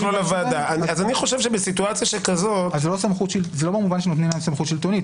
אז זה לא במובן שנותנים להם סמכות שלטונית,